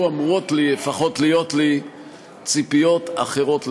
אמורות לפחות להיות לי ציפיות אחרות לגמרי.